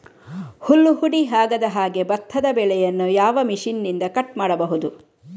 ಹುಲ್ಲು ಹುಡಿ ಆಗದಹಾಗೆ ಭತ್ತದ ಬೆಳೆಯನ್ನು ಯಾವ ಮಿಷನ್ನಿಂದ ಕಟ್ ಮಾಡಬಹುದು?